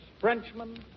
Frenchmen